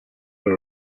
were